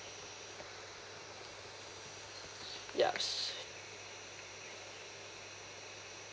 yeah